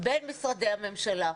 בין משרדי הממשלה.